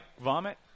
vomit